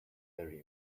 very